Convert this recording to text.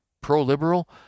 pro-liberal